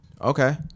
Okay